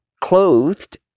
clothed